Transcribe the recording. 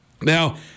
Now